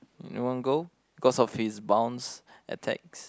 in one go because of his bounce attacks